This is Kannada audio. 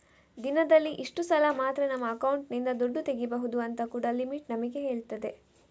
ದಿನದಲ್ಲಿ ಇಷ್ಟು ಸಲ ಮಾತ್ರ ನಮ್ಮ ಅಕೌಂಟಿನಿಂದ ದುಡ್ಡು ತೆಗೀಬಹುದು ಅಂತ ಕೂಡಾ ಲಿಮಿಟ್ ನಮಿಗೆ ಹೇಳ್ತದೆ